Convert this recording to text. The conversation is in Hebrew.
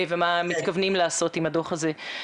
ומה מתכוונים לעשות עם הדוח הזה.